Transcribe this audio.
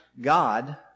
God